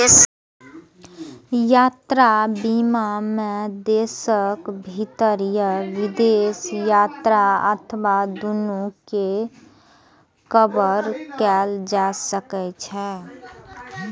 यात्रा बीमा मे देशक भीतर या विदेश यात्रा अथवा दूनू कें कवर कैल जा सकै छै